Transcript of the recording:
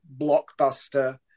blockbuster